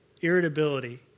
irritability